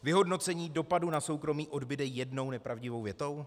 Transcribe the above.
Vyhodnocení dopadu na soukromí odbude jednou nepravdivou větou?